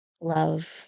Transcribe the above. Love